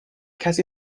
کسی